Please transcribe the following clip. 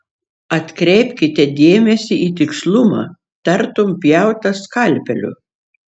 atkreipkite dėmesį į tikslumą tartum pjauta skalpeliu